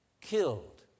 killed